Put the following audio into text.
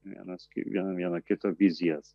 vienas ki vieni kito vizijas